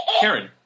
Karen